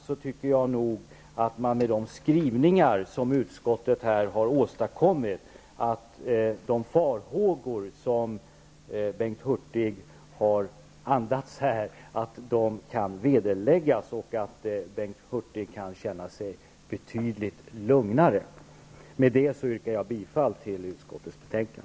Jag tycker att med de skrivningar som utskottet här har åstadkommit kan de farhågor som Bengt Hurtig har andats anses vederlagda och att Bengt Hurtig kan känna sig betydligt lugnare. Med detta yrkar jag bifall till utskottets hemställan.